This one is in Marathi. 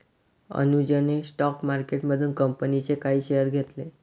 अनुजने स्टॉक मार्केटमधून कंपनीचे काही शेअर्स घेतले